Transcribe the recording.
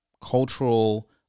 cultural